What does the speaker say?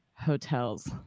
hotels